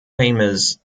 famous